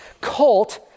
cult